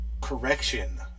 correction